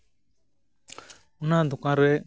ᱚᱱᱟ ᱫᱚᱠᱟᱱ ᱨᱮ